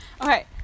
Okay